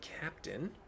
captain